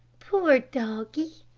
poor doggie,